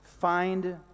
find